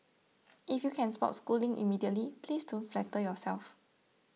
if you can spot schooling immediately please don't flatter yourself